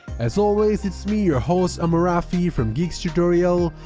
as always it's me your host amal rafi, from geeks tutorial!